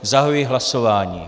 Zahajuji hlasování.